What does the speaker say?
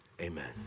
amen